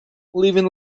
leaving